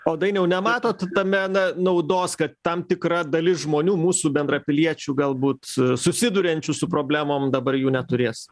o dainiau nematot tame na naudos kad tam tikra dalis žmonių mūsų bendrapiliečių galbūt susiduriančių su problemom dabar jų neturės